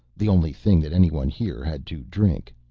the only thing that anyone here had to drink.